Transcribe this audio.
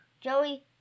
Joey